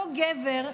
אותו גבר,